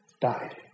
died